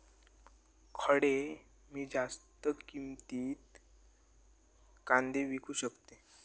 खडे मी जास्त किमतीत कांदे विकू शकतय?